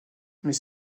mais